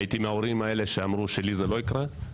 הייתי מההורים האלה שאמרו "לי זה לא יקרה,